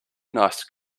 nice